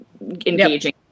engaging